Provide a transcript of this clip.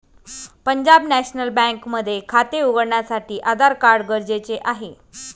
पंजाब नॅशनल बँक मध्ये खाते उघडण्यासाठी आधार कार्ड गरजेचे आहे